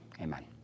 amen